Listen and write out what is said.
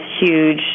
huge